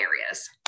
areas